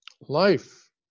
life